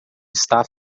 está